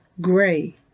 gray